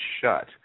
shut